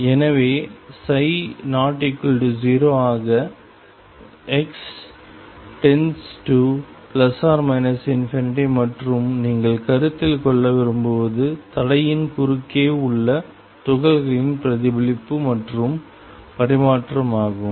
எனவே ψ≠0 ஆக x→±∞ மற்றும் நீங்கள் கருத்தில் கொள்ள விரும்புவது தடையின் குறுக்கே உள்ள துகள்களின் பிரதிபலிப்பு மற்றும் பரிமாற்றம் ஆகும்